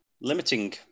limiting